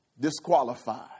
disqualified